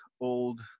old